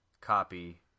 copy